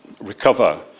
recover